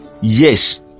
yes